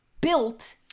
Built